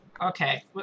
Okay